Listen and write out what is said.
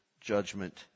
judgment